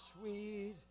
sweet